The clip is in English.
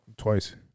Twice